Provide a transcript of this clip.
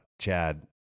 Chad